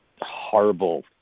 horrible